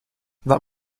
that